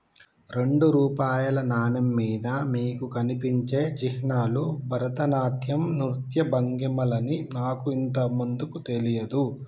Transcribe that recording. రెండు రూపాయల నాణెం మీద మీకు కనిపించే చిహ్నాలు భరతనాట్యం నృత్య భంగిమలని నాకు ఇంతకు ముందు తెలియదు